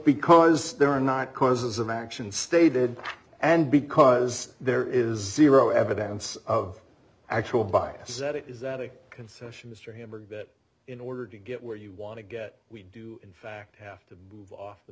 because there are not causes of action stated and because there is zero evidence of actual bias that it is that a concession mr him or that in order to get where you want to get we do in fact have to move off the